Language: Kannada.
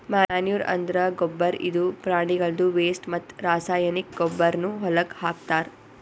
ಮ್ಯಾನೂರ್ ಅಂದ್ರ ಗೊಬ್ಬರ್ ಇದು ಪ್ರಾಣಿಗಳ್ದು ವೆಸ್ಟ್ ಮತ್ತ್ ರಾಸಾಯನಿಕ್ ಗೊಬ್ಬರ್ನು ಹೊಲಕ್ಕ್ ಹಾಕ್ತಾರ್